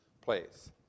place